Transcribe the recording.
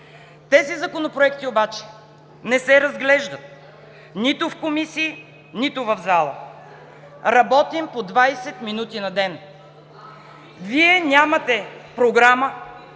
Тези законопроекти обаче не се разглеждат нито в комисии, нито в залата. Работим по 20 минути на ден. (Реплики от